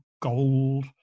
gold